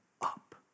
up